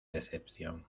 decepción